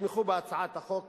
יתמכו בהצעת החוק